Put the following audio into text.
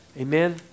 Amen